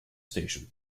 station